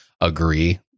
agree